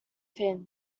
thin